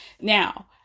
Now